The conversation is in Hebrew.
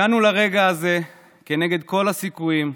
הגענו לרגע הזה כנגד כל הסיכויים,